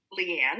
Leanne